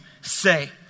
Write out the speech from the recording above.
say